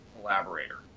collaborator